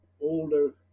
older